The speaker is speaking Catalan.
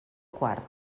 quart